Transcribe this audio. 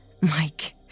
Mike